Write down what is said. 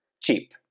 cheap